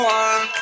one